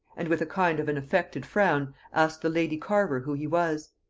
and with a kind of an affected frown asked the lady carver who he was?